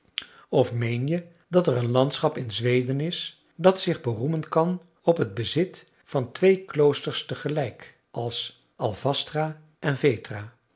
of meen je dat er een landschap in zweden is dat zich beroemen kan op het bezit van twee kloosters tegelijk als alvastra en vetra